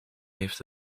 heeft